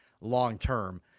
long-term